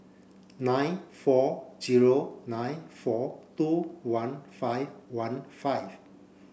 nine four zero nine four two one five one five